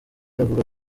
avuga